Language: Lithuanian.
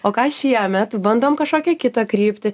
o ką šiemet bandom kažkokią kitą kryptį